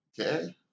Okay